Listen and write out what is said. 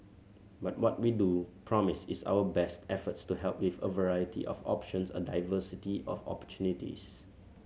but what we do promise is our best efforts to help with a variety of options a diversity of opportunities